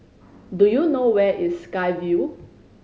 do you know where is Sky Vue